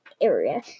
area